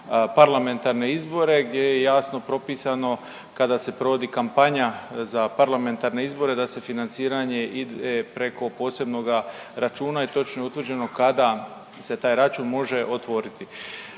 parlamentarne izbore gdje je jasno propisano kada se provodi kampanja za parlamentarne izbore da se financiranje ide preko posebnoga računa i točno je utvrđeno kada se taj račun može otvoriti.